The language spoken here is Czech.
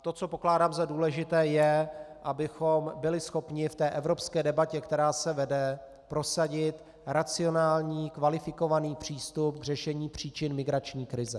To, co pokládám za důležité, je, abychom byli schopni v té evropské debatě, která se vede, prosadit racionální, kvalifikovaný přístup k řešení příčin migrační krize.